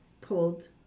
pulled